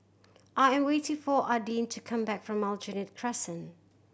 I am waiting for Adin to come back from Aljunied Crescent